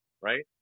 right